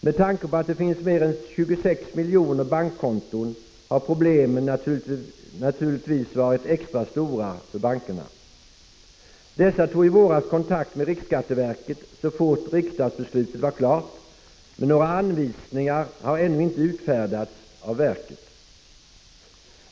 Med tanke på att det finns mer än 26 miljoner bankkonton har problemen naturligtvis varit extra stora för bankerna. Dessa tog i våras 69 kontakt med riksskatteverket så fort riksdagsbeslutet var klart, men några anvisningar har ännu inte utfärdats av verket.